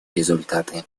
результаты